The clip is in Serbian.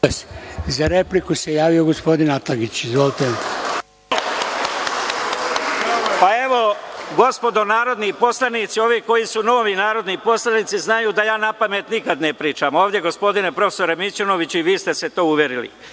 Za repliku se javio gospodin Atlagić. Izvolite. **Marko Atlagić** Gospodo narodni poslanici, ovi koji su novi narodni poslanici, znaju da ja napamet nikada ne pričam. Ovde gospodine profesore Mićunoviću i vi ste se to uverili. Moja